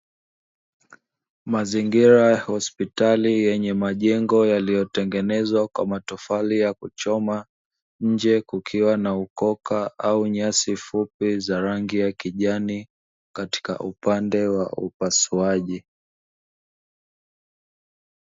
Mazingira ya hospitali yenye majengo yaliyotengenezwa kwa matofali ya kuchoma, nje kukiwa na ukoka au nyasi fupi za rangi ya kijani katika upande wa upasuaji.